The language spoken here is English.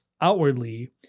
outwardly